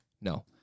No